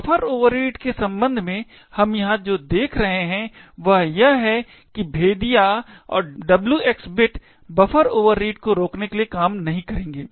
buffer overread के संबंध में हम यहां जो देख रहे हैं वह यह है कि भेदिया और WX बिट बफर ओवररीड को रोकने के लिए काम नहीं करेंगे